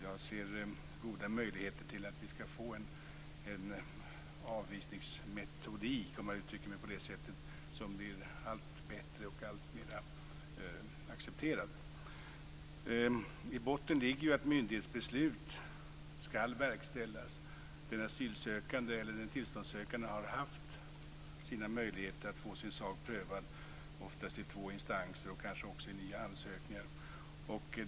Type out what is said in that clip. Jag ser goda möjligheter att vi skall få en avvisningsmetodik som blir allt bättre och allt mer accepterad. I botten ligger att myndighetsbeslut skall verkställas. Den asylsökande eller tillståndssökande har haft sina möjligheter att få sin sak prövad, oftast i två instanser och kanske också genom nya ansökningar.